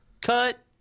cut